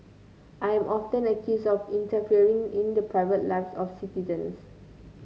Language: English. I am often accused of interfering in the private lives of citizens